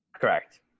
Correct